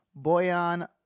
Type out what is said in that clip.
Boyan